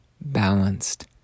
balanced